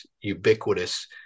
ubiquitous